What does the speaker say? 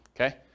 okay